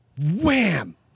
Wham